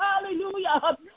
hallelujah